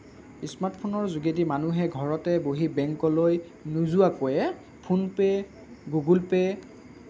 স্মাৰ্টফোনৰ যোগেদি মানুহে ঘৰতে বহি বেংকলৈ নোযোৱাকৈয়ে ফোনপে' গুগুলপে'